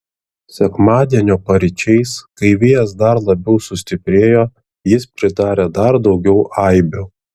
sekmadienio paryčiais kai vėjas dar labiau sustiprėjo jis pridarė dar daugiau aibių